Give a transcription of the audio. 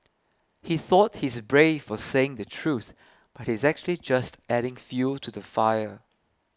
he thought he's brave for saying the truth but he's actually just adding fuel to the fire